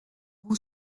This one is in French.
vous